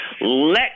Let